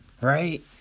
Right